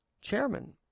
chairman